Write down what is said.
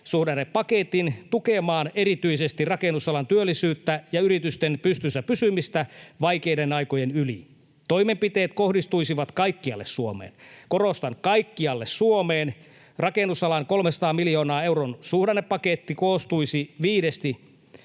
suhdannepaketin tukemaan erityisesti rakennusalan työllisyyttä ja yritysten pystyssä pysymistä vaikeiden aikojen yli. Toimenpiteet kohdistuisivat kaikkialle Suomeen.” — Korostan: kaikkialle Suomeen. — ”Rakennusalan 300 miljoonan euron suhdannepaketti koostuisi viidestä